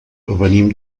venim